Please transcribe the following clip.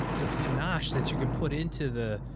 the panache that you can put into the,